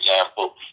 example